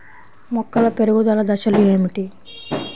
మొక్కల పెరుగుదల దశలు ఏమిటి?